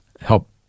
help